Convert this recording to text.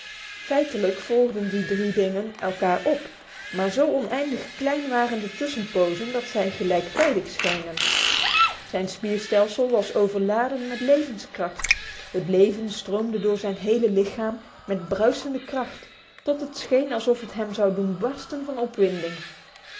feitelijk volgden die drie dingen elkander op maar zo oneindig klein waren de tussenpozen dat zij gelijktijdig schenen zijn spierstelsel was overladen met levenskracht het leven stroomde door zijn hele lichaam met bruisende kracht tot het scheen alsof het hem zou doen barsten van opwinding